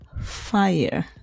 fire